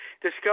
Discuss